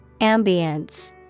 Ambience